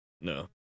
No